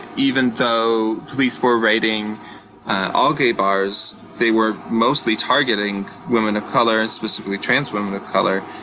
even though police were raiding all gay bars, they were mostly targeting women of color and specifically trans women of color.